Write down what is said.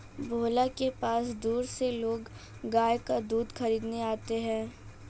भोला के पास दूर से लोग गाय का दूध खरीदने आते हैं